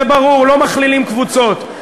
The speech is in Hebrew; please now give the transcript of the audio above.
זה ברור, לא מכלילים קבוצות.